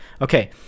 okay